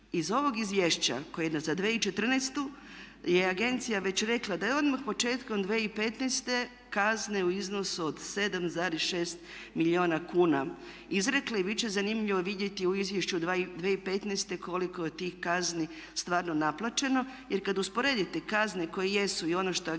Iz ovog izvješća koje je za 2014. je agencija već rekla da je odmah početkom 2015. kazne u iznosu od 7,6 milijuna kuna izrekla i bit će zanimljivo vidjeti u Izvješću 2015. koliko je tih kazni stvarno naplaćeno. Jer kad usporedite kazne koje jesu i ono što agencija